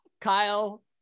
Kyle